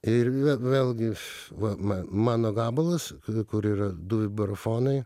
ir ve vėlgi va ma mano gabalas kur yra du vibrafonai